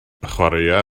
chwaraea